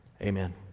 Amen